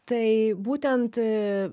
tai būtent